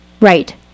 right